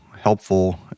helpful